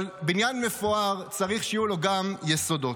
אבל בניין מפואר צריך שיהיו לו גם יסודות.